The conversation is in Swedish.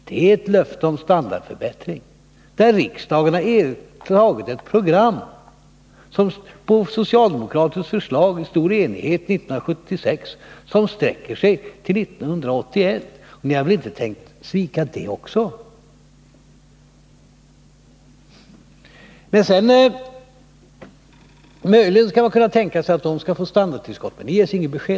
Det är ett löfte om standardförbättring, där riksdagen 1976 i stor enighet och på socialdemokraternas förslag antog ett program som sträcker sig till 1981. Ni har väl inte tänkt svika det löftet också! Möjligen skulle man kunna tänka sig att de skall få ett standardtillskott, men därom ges det inget besked.